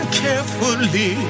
carefully